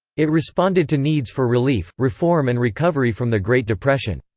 it responded to needs for relief, reform and recovery from the great depression.